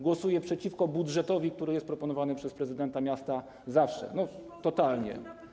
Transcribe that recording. Głosuje przeciwko budżetowi, który jest proponowany przez prezydenta miasta, zawsze, totalnie.